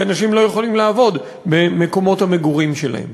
כי אנשים לא יכולים לעבוד במקומות המגורים שלהם.